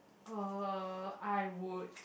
uh I would